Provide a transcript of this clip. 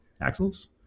axles